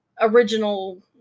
original